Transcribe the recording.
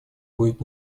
будет